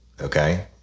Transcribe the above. okay